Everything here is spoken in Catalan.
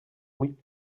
ull